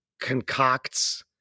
concocts